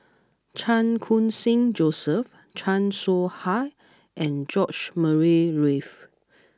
Chan Khun Sing Joseph Chan Soh Ha and George Murray Reith